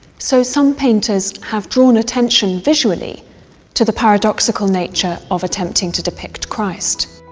so some painters have drawn attention visually to the paradoxical nature of attempting to depict christ.